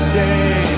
day